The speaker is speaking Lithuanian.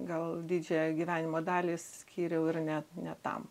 gal didžiąją gyvenimo dalį skyriau ir net ne tam